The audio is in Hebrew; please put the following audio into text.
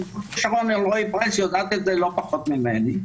וד"ר שרון אלרעי-פרייס יודעת את זה לא פחות ממני.